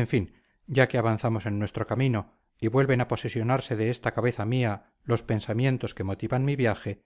en fin ya que avanzamos en nuestro camino y vuelven a posesionarse de esta cabeza mía los pensamientos que motivan mi viaje